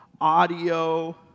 audio